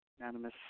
anonymous